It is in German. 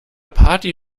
party